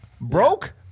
broke